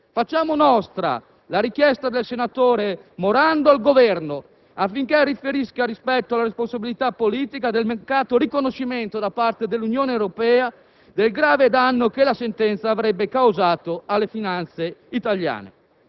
Facciamo nostra la richiesta del senatore Morando al Governo affinché riferisca rispetto alla responsabilità politica del mancato riconoscimento da parte dell'Unione Europea del grave danno che la sentenza avrebbe causato alle finanze italiane.